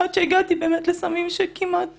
עד שהגעתי לסמים שכמעט